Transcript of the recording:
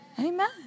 Amen